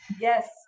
Yes